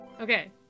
okay